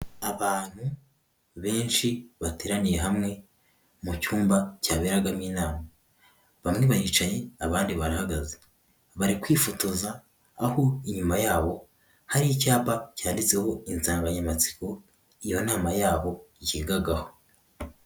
Abantu benshi bateraniye hamwe mu cyumba cyaberagamo inama. Bamwe baricaye, abandi barahagaze. Bari kwifotoza, aho inyuma yabo hari icyapa cyanditseho insanganyamatsiko iyo nama yabo yigagaho.